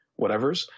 whatevers